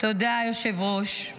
תודה, היושב-ראש.